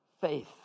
faith